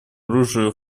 оружию